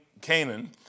Canaan